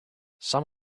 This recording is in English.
some